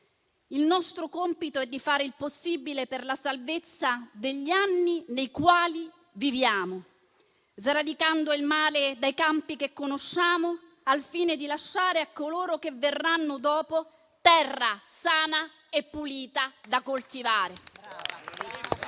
il nostro compito è di fare il possibile per la salvezza degli anni nei quali viviamo, sradicando il male dai campi che conosciamo, al fine di lasciare a coloro che verranno dopo terra sana e pulita da coltivare».